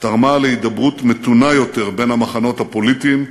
תרמה להידברות מתונה יותר בין המחנות הפוליטיים,